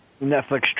Netflix